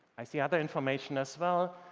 i see other information as well,